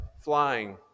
flying